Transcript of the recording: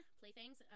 playthings